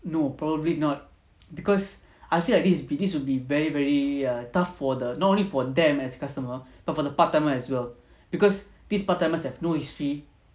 no probably not because I feel like this this will be very very tough for the not only for them as customer but for the part timer as well because this part timers have no history